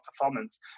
performance